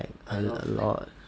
like a lot